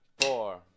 four